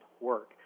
work